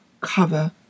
cover